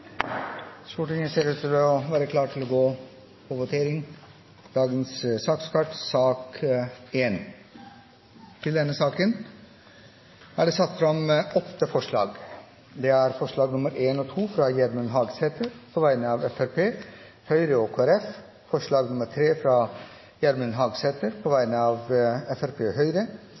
Stortinget går da til votering. Under debatten er det satt fram åtte forslag. Det er forslagene nr. 1 og 2, fra Gjermund Hagesæter på vegne av Fremskrittspartiet, Høyre og Kristelig Folkeparti forslag nr. 3, fra Gjermund Hagesæter på vegne av Fremskrittspartiet og Høyre